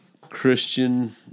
Christian